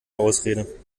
ausrede